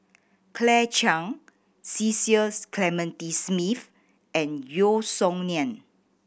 Claire Chiang Cecil Clementi Smith and Yeo Song Nian